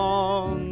on